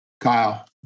Kyle